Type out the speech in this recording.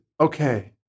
okay